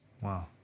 Wow